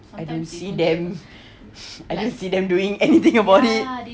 I don't see them I didn't see them doing anything about it